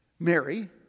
Mary